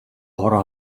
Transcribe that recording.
хороо